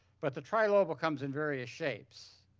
but the trilobal comes in various shapes.